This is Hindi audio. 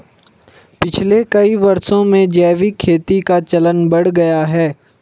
पिछले कई वर्षों में जैविक खेती का चलन बढ़ गया है